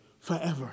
forever